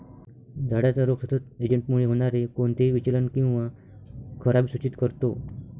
झाडाचा रोग सतत एजंटमुळे होणारे कोणतेही विचलन किंवा खराबी सूचित करतो